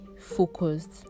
focused